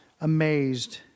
amazed